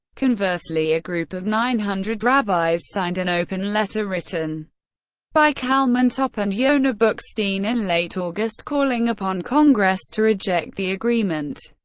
conversely, a group of nine hundred rabbis signed an open letter written by kalman topp and yonah bookstein in late august, calling upon congress to reject the agreement.